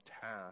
task